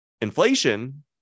inflation